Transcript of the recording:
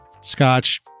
scotch